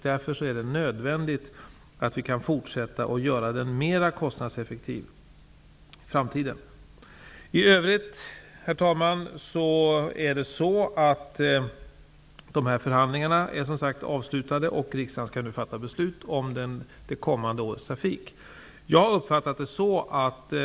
Därför är det nödvändigt att vi kan fortsätta att göra den mer kostnadseffektiv i framtiden. Herr talman! I övrigt är dessa förhandlingar avslutade, och riksdagen skall nu fatta beslut om det kommande årets trafik.